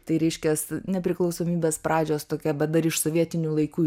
tai reiškias nepriklausomybės pradžios tokia bet dar iš sovietinių laikų